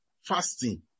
fasting